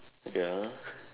ya